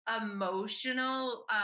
emotional